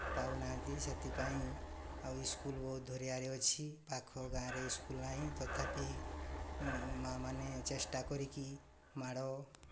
ପାଉନାହାନ୍ତି ସେଥିପାଇଁ ଆଉ ସ୍କୁଲ୍ ବହୁତ ଦୂରିଆରେ ଅଛି ପାଖ ଗାଁରେ ସ୍କୁଲ୍ ନାହିଁ ତଥାପି ମା'ମାନେ ଚେଷ୍ଟା କରିକି ମାଡ଼